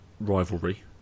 rivalry